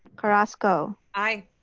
carrasco, aye,